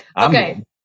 Okay